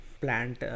plant